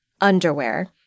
underwear